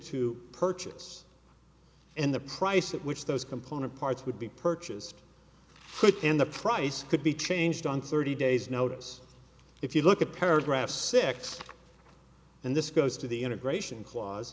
to purchase and the price at which those component parts would be purchased and the price could be changed on thirty days notice if you look at paragraph six and this goes to the integration clause